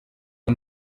ubu